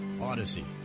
Odyssey